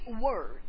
word